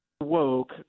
woke